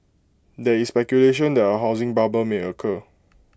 there is speculation that A housing bubble may occur